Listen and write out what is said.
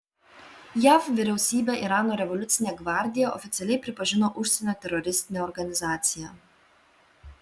jav vyriausybė irano revoliucinę gvardiją oficialiai pripažino užsienio teroristine organizacija